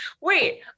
wait